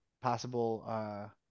possible –